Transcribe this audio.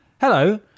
hello